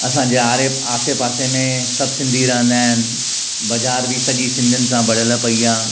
असांजे आर्य आसे पासे में सभु सिन्धी रहंदा आहिनि बाज़ार ॿि सॼी सिन्धिन सां भरियलु पई आहे